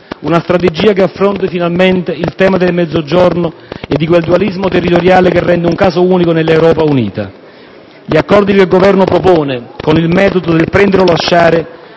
una strategia che affronti finalmente il tema del Mezzogiorno e di quel dualismo territoriale che rende un caso unico nell'Europa unita. Gli accordi che il Governo propone, con il metodo del «prendere o lasciare»